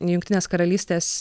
jungtinės karalystės